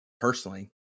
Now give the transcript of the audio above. personally